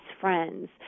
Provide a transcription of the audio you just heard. friends